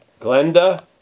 Glenda